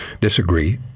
disagree